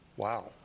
Wow